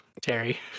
Terry